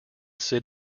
sit